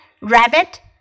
Rabbit